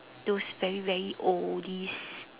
those very very oldies